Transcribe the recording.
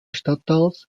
stadtteils